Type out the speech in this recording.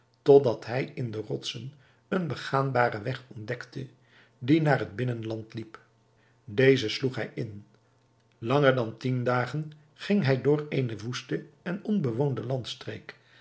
totdat hij in de rotsen een begaanbaren weg ontdekte die naar het binnenland liep dezen sloeg hij in langer dan tien dagen ging hij door eene woeste en onbewoonde